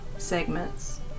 segments